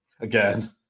again